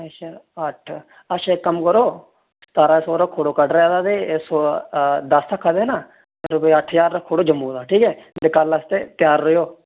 अच्छा अट्ठ अच्छा इक कम्म करो सतारां सौ रक्खू उड़ो कटड़े दा ते दस्स आक्खा दे ना रपेआ अट्ठ ज्हार रक्खू उड़ो जम्मू दा ठीक ऐ ते कल्ल आस्ते तैयार रवेओ